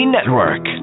Network